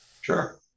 Sure